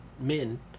men